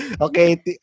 Okay